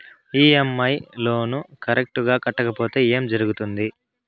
EMI loan correct గా కట్టకపోతే ఏం జరుగుతుంది